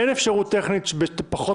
אין אפשרות טכנית שבפחות